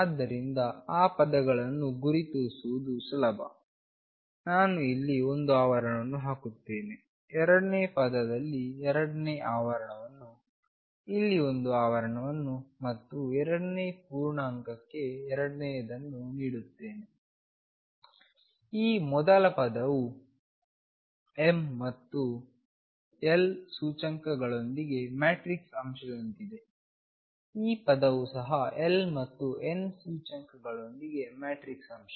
ಆದ್ದರಿಂದ ಆ ಪದಗಳನ್ನು ಗುರುತಿಸುವುದು ಸುಲಭ ನಾನು ಇಲ್ಲಿ ಒಂದು ಆವರಣ ಅನ್ನು ಹಾಕುತ್ತೇನೆ ಎರಡನೇ ಪದದಲ್ಲಿ ಎರಡನೇ ಆವರಣವನ್ನು ಇಲ್ಲಿ ಒಂದು ಆವರಣ ಮತ್ತು ಎರಡನೆಯ ಪೂರ್ಣಾಂಕಕ್ಕೆ ಎರಡನೆಯದನ್ನು ನೀಡುತ್ತೇನೆ ಈ ಮೊದಲ ಪದವು m ಮತ್ತು l ಸೂಚ್ಯಂಕಗಳೊಂದಿಗೆ ಮ್ಯಾಟ್ರಿಕ್ಸ್ ಅಂಶದಂತಿದೆ ಈ ಪದವು ಸಹ l ಮತ್ತು n ಸೂಚ್ಯಂಕಗಳೊಂದಿಗೆ ಮ್ಯಾಟ್ರಿಕ್ಸ್ ಅಂಶ